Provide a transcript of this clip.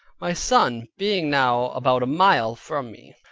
my son being now about a mile from me,